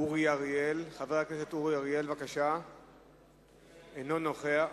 חבר הכנסת אורי אריאל, אינו נוכח.